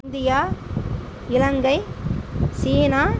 India Ilangai China